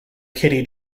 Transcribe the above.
kitty